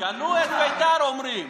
קנו את בית"ר, אומרים.